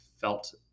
felt